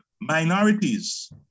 minorities